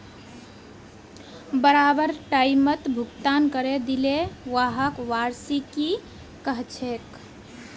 बराबर टाइमत भुगतान करे दिले व्हाक वार्षिकी कहछेक